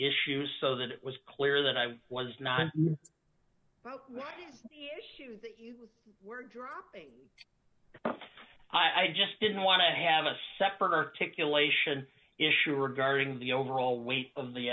issue so that it was clear that i was not what you were dropping i just didn't want to have a separate articulation issue regarding the overall weight of the